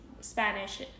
Spanish